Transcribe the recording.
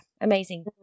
amazing